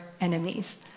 enemies